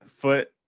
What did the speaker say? foot